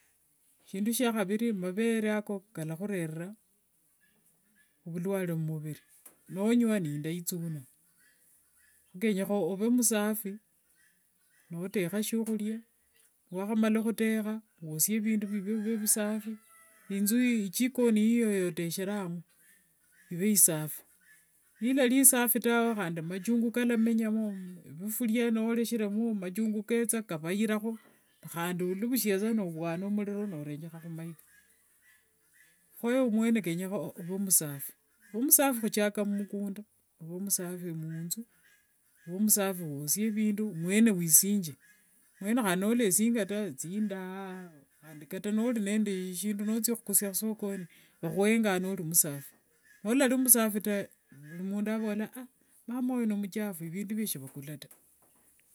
Shindu shia khaviri mavere ako kalakhurerera ovulware mumuviri, nonywa ninda ithuna, kho kenyekha ove musafi notekha shiakhuria wosie vindu vive vusafi, inzu ichikoni yiyo yotekherangamo ive isafi, nilari isafi tawe khandi machungu kalamenyamo, viphuria norekheremo machungu ketha kavayiramo, khandi nivushia saa novwana muriro norenjekha khumayika, kho ewe mwene kenyekhana ove musafi, vomusafuli khuchaka mumukunda, ove musafi munzu wosie vindu mwene wisinge, mwene khandi nolesinga taa thindaa, khandi kata nori nde sindu nothia khukhusia khwishiro vakhurenganga nori musafi, nolari musafi taa nomundu avola aaahh mama oyo nimuchafu vindu vye sikhukula taa.